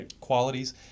qualities